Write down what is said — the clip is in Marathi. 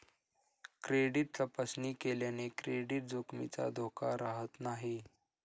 क्रेडिट तपासणी केल्याने क्रेडिट जोखमीचा धोका राहत नाही